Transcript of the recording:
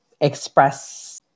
express